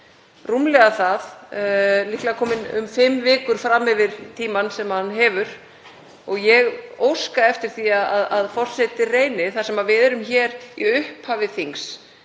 rúmlega það, er líklega kominn um fimm vikur fram yfir tímann sem hann hefur. Ég óska eftir því að forseti reyni, þar sem við erum hér í upphafi þings